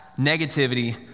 negativity